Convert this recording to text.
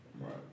Right